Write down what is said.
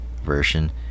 version